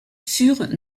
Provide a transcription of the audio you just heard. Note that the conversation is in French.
furent